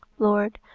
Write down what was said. lord,